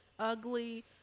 ugly